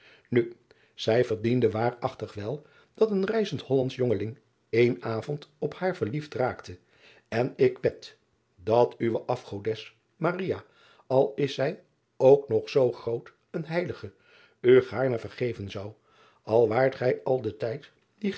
u zij verdiende waarachtig wel dat een reizend ollandsch jongeling één avond op haar verliefd raakte n ik wed dat uwe afgodes al is zij ook nog zoo groot een eiligje u gaarne vergeven zou al waart gij al den tijd